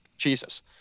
Jesus